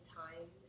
time